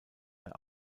mehr